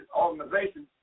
organizations